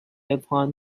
upon